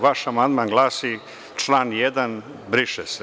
Vaš amandman glasi – član 1. briše se.